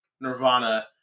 Nirvana